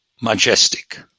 majestic